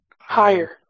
higher